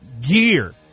gear